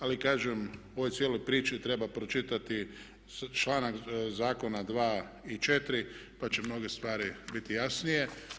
Ali kažem u ovoj cijeloj priči treba pročitati članak zakona 2. i 4. pa će mnoge stvari biti jasnije.